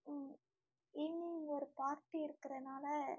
ம் ஈவினிங் ஒரு பார்ட்டி இருக்கிறனால